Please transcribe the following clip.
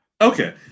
Okay